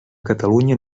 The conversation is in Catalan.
catalunya